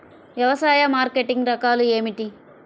వ్యవసాయ మార్కెటింగ్ రకాలు ఏమిటి?